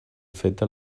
feta